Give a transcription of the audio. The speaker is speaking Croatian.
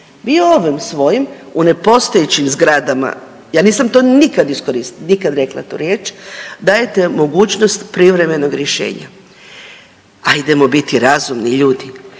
Mi ovim svojim u nepostojećim zgradama, ja nisam to nikad iskoristila, nikad rekla tu riječ dajete mogućnost privremenog rješenja. Ajdemo biti razumni ljudi,